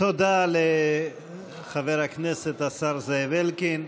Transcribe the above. תודה לחבר הכנסת, השר זאב אלקין.